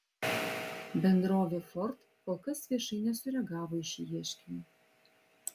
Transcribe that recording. bendrovė ford kol kas viešai nesureagavo į šį ieškinį